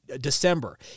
December